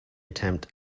attempt